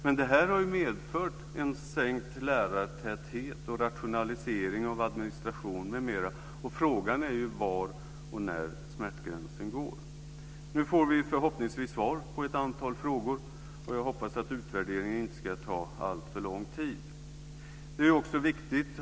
Men detta har medfört en minskad lärartäthet och rationalisering av administration m.m. Frågan är var smärtgränsen går och när man når den. Nu får vi förhoppningsvis svar på ett antal frågor. Och jag hoppas att utvärderingen inte ska ta alltför lång tid. Fru talman!